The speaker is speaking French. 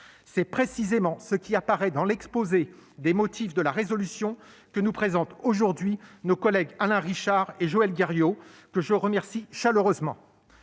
C'est précisément ce qui apparaît dans l'exposé des motifs de la proposition de résolution que nous présentent aujourd'hui nos collègues Alain Richard et Joël Guerriau, que je remercie chaleureusement.